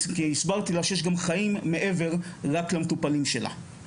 הסברתי לה שיש גם חיים מעבר למטופלים שלה.